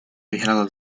vyhrála